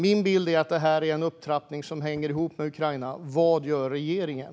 Min bild är att detta är en upptrappning som hänger ihop med Ukraina. Vad gör regeringen?